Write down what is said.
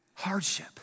Hardship